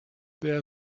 there